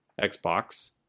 Xbox